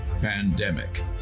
Pandemic